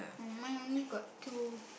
mine only got two